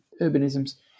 urbanisms